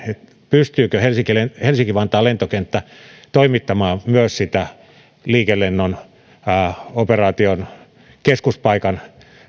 pystyykö helsinki vantaan lentokenttä toimittamaan myös sitä liikelennon operaation keskuspaikan